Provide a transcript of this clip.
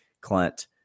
Clint